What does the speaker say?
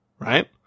Right